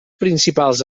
principals